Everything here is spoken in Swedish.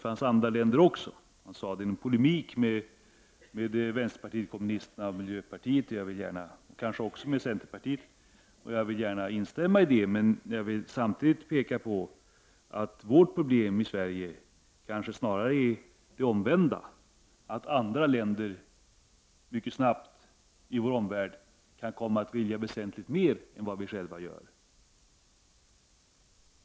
Han sade det i polemik med vänsterpartiet kommunisterna och miljöpartiet, kanske också centerpartiet, och jag vill gärna instämma i det, men jag vill samtidigt peka på att Sveriges problem kanske snarare är det omvända, att andra länder i vår omvärld mycket snabbt kan komma att vilja väsentligt mer än vad vi själva gör.